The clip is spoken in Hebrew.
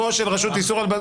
או של הרשות לאיסור הלבנת הון.